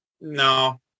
no